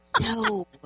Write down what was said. No